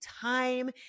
time